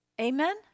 Amen